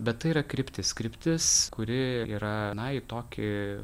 bet tai yra kryptis kryptis kuri yra na į tokį